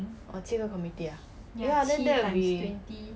orh 七个 community ah ya then after that we